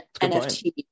nft